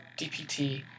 DPT